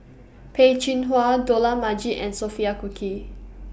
Peh Chin Hua Dollah Majid and Sophia Cooke